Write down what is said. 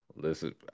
Listen